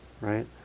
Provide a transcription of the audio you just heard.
right